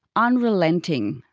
unrelenting.